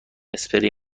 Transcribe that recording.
اسپری